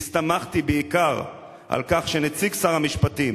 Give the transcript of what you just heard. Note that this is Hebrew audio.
הסתמכתי בעיקר על כך שנציג שר המשפטים